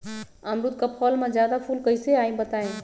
अमरुद क फल म जादा फूल कईसे आई बताई?